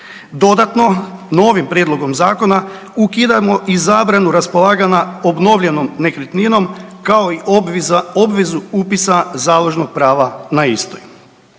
Dodatno, novim prijedlogom zakona ukidamo i zabranu raspolaganja obnovljenom nekretninom, kao i obvezu upisa založnog prava na istoj.